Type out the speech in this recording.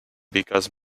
because